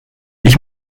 ich